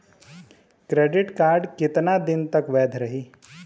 Credit card कितना दिन तक वैध रही?